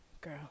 Girl